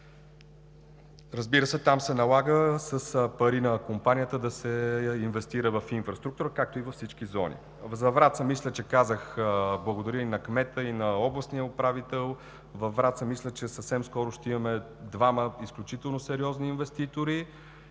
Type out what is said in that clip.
Разбира се, там се налага с пари на компанията да се инвестира в инфраструктурата, както и във всички зони. За Враца – мисля, че казах, благодаря на кмета и на областния управител. Мисля, че там съвсем скоро ще имаме двама изключително сериозни инвеститори